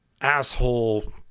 asshole